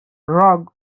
rug